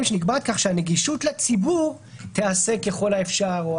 כך שהנגישות לציבור תיעשה ככל האפשר.